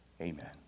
Amen